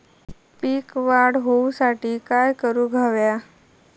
पीक वाढ होऊसाठी काय करूक हव्या?